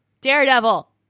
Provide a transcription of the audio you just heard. Daredevil